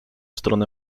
stronę